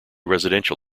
residential